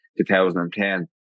2010